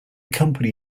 company